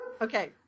Okay